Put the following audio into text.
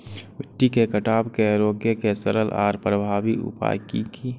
मिट्टी के कटाव के रोके के सरल आर प्रभावी उपाय की?